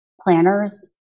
planners